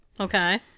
Okay